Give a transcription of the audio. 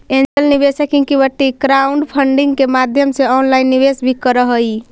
angel निवेशक equity crowdfunding के माध्यम से ऑनलाइन निवेश भी करऽ हइ